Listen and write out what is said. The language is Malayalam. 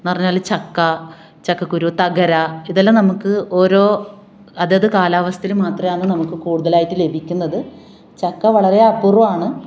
എന്ന് പറഞ്ഞാൽ ചക്ക ചക്കക്കുരു തകര ഇതെല്ലാം നമുക്ക് ഓരോ അതത് കാലാവസ്ഥയിൽ മാത്രമാണ് നമുക്ക് കൂടുതലായിട്ടും ലഭിക്കുന്നത് ചക്ക വളരെ അപൂര്വമാണ്